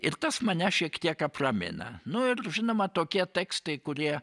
ir tas mane šiek tiek apramina nu ir žinoma tokie tekstai kurie